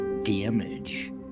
Damage